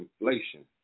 Inflation